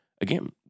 Again